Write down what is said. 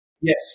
Yes